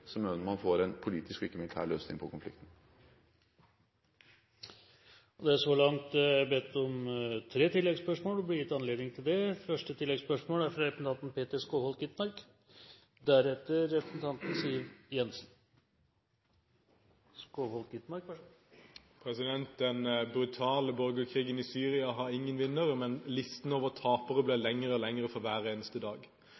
man får en politisk og ikke en militær løsning på konflikten. Det blir gitt anledning til tre oppfølgingsspørsmål – først Peter Skovholt Gitmark. Den brutale borgerkrigen i Syria har ingen vinnere, men listen over tapere blir lengre og lengre for hver eneste dag.